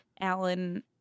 alan